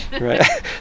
right